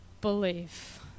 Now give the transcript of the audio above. believe